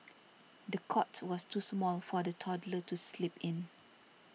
the cot was too small for the toddler to sleep in